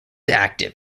active